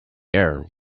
air